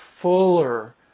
fuller